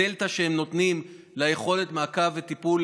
הדלתא שהם נותנים היא ביכולת המעקב והטיפול